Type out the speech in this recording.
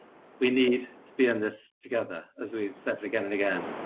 we need to be in this together, as we've said again and again.